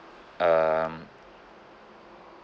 um